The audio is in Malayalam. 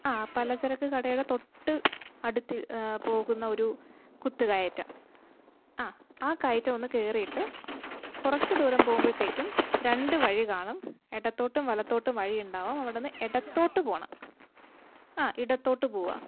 ആ പലചരക്കു കടയുടെ തൊട്ട് അടുത്ത് പോകുന്ന ഒരു കുത്ത് കയറ്റം അ ആ കയറ്റം ഒന്ന് കേറിയിട്ട് കുറച്ചു ദൂരം പോകുമ്പോഴത്തേക്കും രണ്ട് വഴി കാണും ഇടത്തോട്ടും വലത്തോട്ടും വഴിയുണ്ടാവും അവിടെ നിന്ന് ഇടത്തോട്ട് പോകണം അ ഇടത്തോട്ട് പോവുക